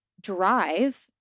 drive